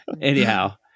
Anyhow